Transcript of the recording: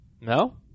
No